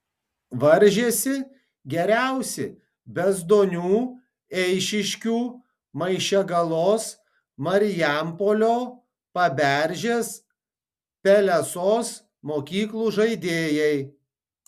varžėsi geriausi bezdonių eišiškių maišiagalos marijampolio paberžės pelesos mokyklų žaidėjai